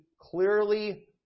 clearly